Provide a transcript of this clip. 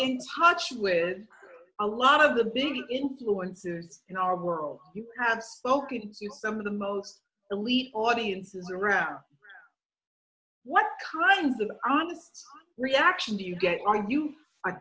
in touch with a lot of the big influencers in our world you have spoken to some of the most elite audiences around what kinds of honest reaction do you get